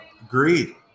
Agreed